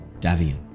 Davian